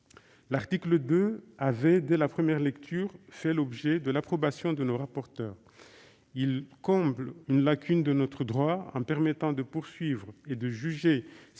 L'article 2 avait dès la première lecture fait l'objet de l'approbation de nos rapporteurs. Il comble une lacune de notre droit en permettant de poursuivre et de juger